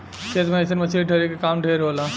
खेत मे अइसन मछली धरे के काम ढेर होला